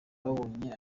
babonye